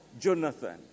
Jonathan